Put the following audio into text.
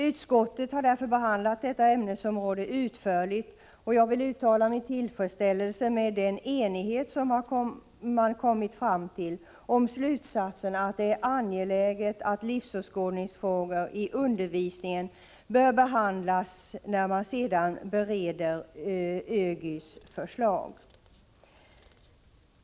Utskottet har därför behandlat detta ämnesområde utförligt, och jag vill uttala min tillfredsställelse med den enighet man kommit fram till om slutsatsen att det är angeläget att livsåskådningsfrågor i undervisningen bör behandlas när man sedan bereder ÖGY:s förslag.